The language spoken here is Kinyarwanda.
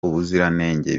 ubuziranenge